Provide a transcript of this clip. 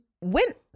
went